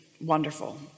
wonderful